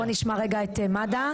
בואו נשמע רגע את מד"א.